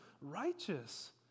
righteous